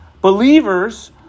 believers